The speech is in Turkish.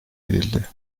edildi